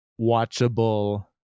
watchable